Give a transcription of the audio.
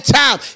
time